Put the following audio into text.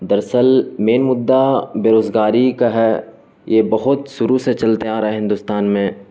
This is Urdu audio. درسل مین مدہ بےروزگاری کا ہے یہ بہت شروع سے چلتے آ رہا ہے ہندوستان میں